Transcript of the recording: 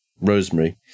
Rosemary